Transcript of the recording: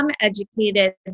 educated